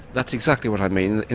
that's exactly what i mean.